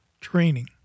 training